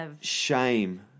shame